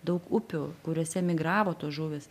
daug upių kuriose migravo tos žuvys